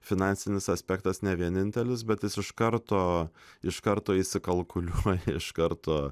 finansinis aspektas ne vienintelis bet jis iš karto iš karto įsikalkuliuoja iš karto